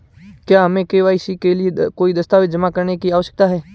क्या हमें के.वाई.सी के लिए कोई दस्तावेज़ जमा करने की आवश्यकता है?